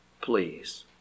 please